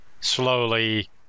slowly